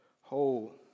Hold